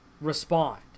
respond